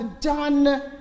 done